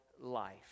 life